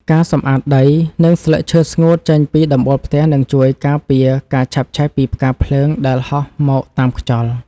ការសម្អាតដី និងស្លឹកឈើស្ងួតចេញពីដំបូលផ្ទះនឹងជួយការពារការឆាបឆេះពីផ្កាភ្លើងដែលហោះមកតាមខ្យល់។